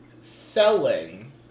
selling